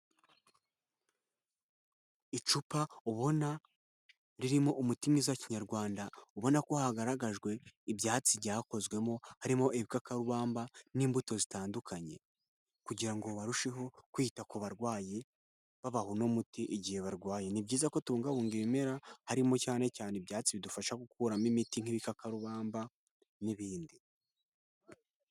Icupa ubona ririmo umuti mwiza wa kinyarwanda, ubona ko hagaragajwe ibyatsi ryakozwemo harimo ibikakarubamba n'imbuto zitandukanye, kugira ngo barusheho kwita ku barwayi babaha uno muti igihe barwaye. Ni byiza kubungabunga ibimera harimo cyane cyane ibyatsi bidufasha gukuramo imiti nk'ibikakarubamba n'ibindi.